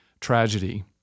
tragedy